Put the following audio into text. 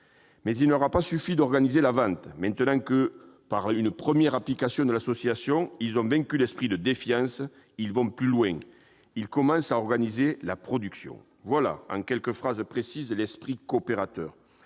Mais il ne leur a pas suffi d'organiser la vente. Maintenant que, par une première application de l'association, ils ont vaincu l'esprit de défiance, ils vont plus loin : ils commencent à organiser la production. » Voilà, en quelques phrases précises, l'esprit coopérateur